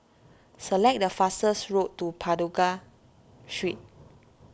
select the fastest road to Pagoda Street